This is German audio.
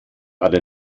alle